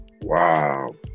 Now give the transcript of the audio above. Wow